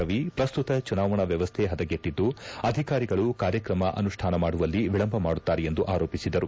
ರವಿ ಪ್ರಸ್ತುತ ಚುನಾವಣಾ ವ್ಯವಸ್ಥೆ ಪದಗೆಟ್ಟಿದ್ದು ಅಧಿಕಾರಿಗಳು ಕಾರ್ಯಕ್ರಮ ಅನುಷ್ಠಾನ ಮಾಡುವಲ್ಲಿ ವಿಳಂಬ ಮಾಡುತ್ತಾರೆ ಎಂದು ಆರೋಪಿಸಿದರು